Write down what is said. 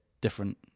different